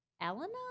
Elena